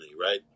Right